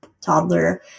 toddler